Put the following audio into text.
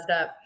up